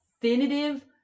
definitive